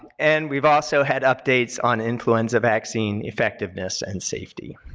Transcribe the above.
and we've also had updates on influenza vaccine effectiveness and safety.